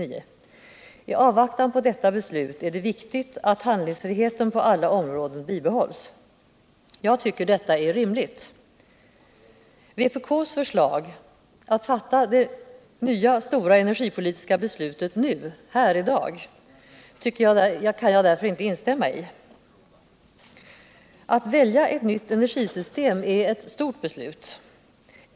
I avvaktan på detta beslut är det viktigt att handlinpsfriheten på alla områden bibehålls.” Jag tycker att detta är rimligt. Vpk:s förslag att fatta det nya energipolitiska bestutet här i dag kan jag därtör inte biträda. Att välja eu nytt energisystem är ett stort beslut.